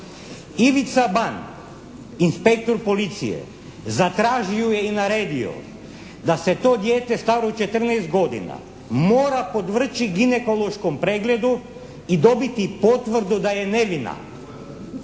razumije./… inspektor policije zatražio je i naredio da se to dijete staro 14 godina mora podvrći ginekološkom pregledu i dobiti potvrdu da je nevina